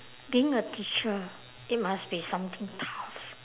being a teacher it must be something tough